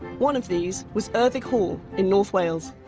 one of these was erddig hall, in north wales.